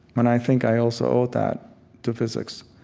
and i think i also owe that to physics.